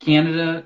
Canada